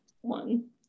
one